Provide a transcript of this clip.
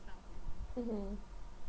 mmhmm